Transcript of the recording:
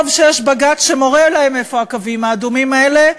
טוב שיש בג"ץ שמורה להם איפה הקווים האדומים האלה,